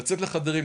לצאת לחדרים,